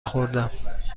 خوردم